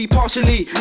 partially